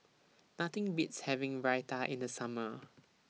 Nothing Beats having Raita in The Summer